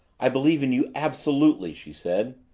i believe in you absolutely! she said.